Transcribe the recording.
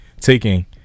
taking